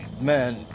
man